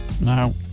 Now